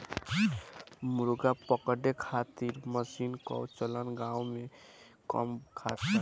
मुर्गा पकड़े खातिर मशीन कअ चलन गांव में कम बाटे